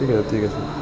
ঠিক আছে ঠিক আছে